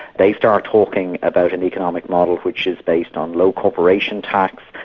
they start talking about an economic model which is based on low corporation tax,